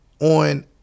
on